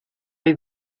hay